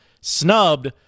snubbed